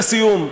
לסיום,